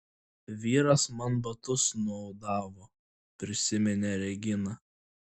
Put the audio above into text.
vyras man batus nuaudavo prisiminė regina